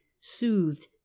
soothed